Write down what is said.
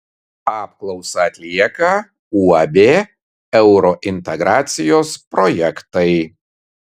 apklausą atlieka uab eurointegracijos projektai